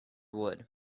wood